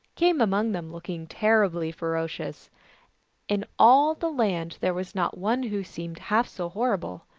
came among them look ing terribly ferocious in all the land there was not one who seemed half so horrible.